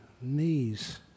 Knees